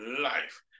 life